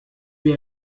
wie